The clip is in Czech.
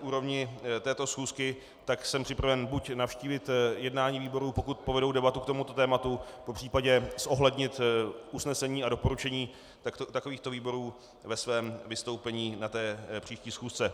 úrovni této schůzky, tak jsem připraven buď navštívit jednání výboru, pokud povedou debatu k tomuto tématu, popřípadě zohlednit usnesení a doporučení takovýchto výborů ve svém vystoupení na té příští schůzce.